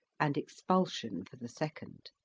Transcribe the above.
and expulsion for the second.